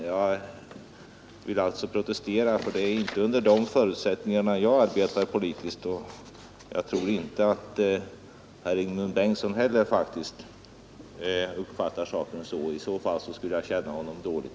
Jag vill protestera mot det, ty det är inte under de förutsättningarna jag arbetar politiskt. Och jag tror faktiskt inte heller att Ingemund Bengtsson uppfattar saken på det sättet. I så fall skulle jag känna honom dåligt.